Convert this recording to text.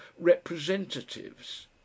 representatives